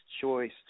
choice